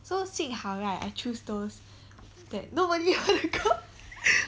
so 幸好 right I choose those that nobody want to go